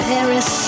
Paris